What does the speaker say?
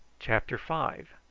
chapter five.